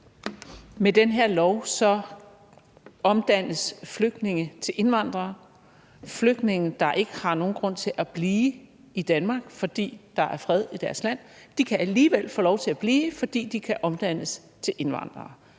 Med den her lov omdannes flygtninge til indvandrere. Flygtninge, der ikke har nogen grund til at blive i Danmark, fordi der er fred i deres land, kan alligevel få lov til at blive, fordi de kan omdannes til indvandrere.